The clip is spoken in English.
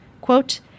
Quote